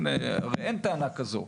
אין טענה כזאת.